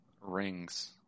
Rings